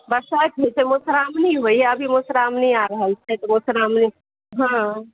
बरसाइत होइ छै मधुश्रावणी होइए अभिए मधुश्रावणी आ रहल छै मधुश्रावणी हँ